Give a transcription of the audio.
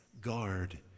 guard